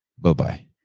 Bye-bye